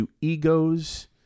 egos